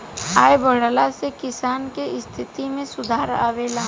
आय बढ़ला से किसान के स्थिति में सुधार आवेला